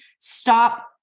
stop